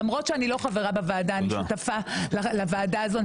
למרות שאני לא חברה בוועדה אני שותפה לוועדה הזאת.